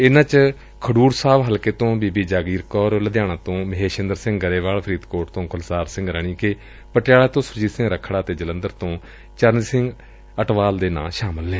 ਇਸ ਵਿਚ ਖਡੂਰ ਸਾਹਿਬ ਤੋਂ ਬੀਬੀ ਜਗੀਰ ਕੌਰ ਲੁਧਿਆਣਾ ਤੋਂ ਮਹੇਸ਼ਇੰਦਰ ਗਰੇਵਾਲਾ ਫਰੀਦਕੌਟ ਤੋਂ ਗੁਲਜਾਰ ਸਿੰਘ ਰਣੀਕੇਪਟਿਆਲਾ ਤੋਂ ਸੁਰਜੀਤ ਸਿੰਘ ਰੱਖੜਾ ਤੇ ਜਲੰਧਰ ਤੋਂ ਚਰਨਜੀਤ ਸਿੰਘ ਅਟਵਾਲ ਦਾ ਨਾਮ ਸ਼ਾਮਲ ਏ